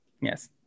Yes